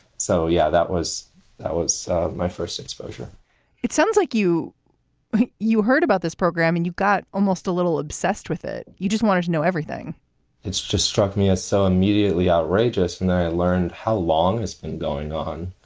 so, yeah, that was that was my first exposure it sounds like you you heard about this program and you got almost a little obsessed with it. you just wanted to know everything it's just struck me as so immediately outrageous. and i learned how long has been going on.